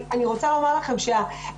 אני רוצה לומר לכם שהעוצמות,